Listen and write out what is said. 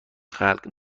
خلق